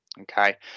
okay